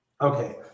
Okay